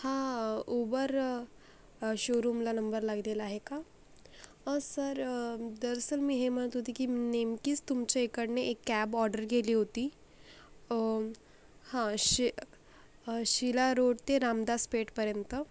हा उबर शोरूमला नंबर लागलेला आहे का सर दरअसल मी हे म्हणत होती की नेमकीच तुमच्या इकडनं मी एक कॅब ऑर्डर केली होती हा शी शीला रोड ते रामदास पेठपर्यंत